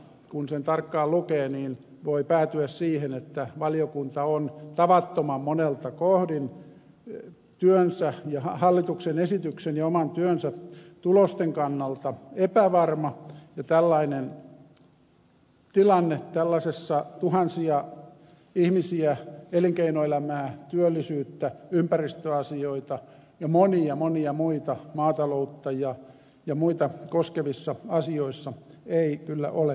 kun sen tarkkaan lukee niin voi päätyä siihen että valiokunta on tavattoman monelta kohdin hallituksen esityksen ja oman työnsä tulosten kannalta epävarma ja tällainen tilanne tällaisessa tuhansia ihmisiä elinkeinoelämää työllisyyttä ympäristöasioita ja monia monia muita maataloutta ja muita koskevissa asioissa ei kyllä ole asianmukainen